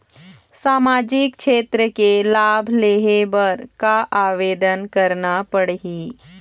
सामाजिक क्षेत्र के लाभ लेहे बर का आवेदन करना पड़ही?